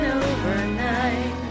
overnight